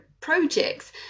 projects